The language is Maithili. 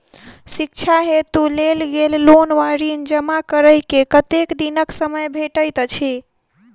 शिक्षा हेतु लेल गेल लोन वा ऋण जमा करै केँ कतेक दिनक समय भेटैत अछि?